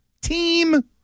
Team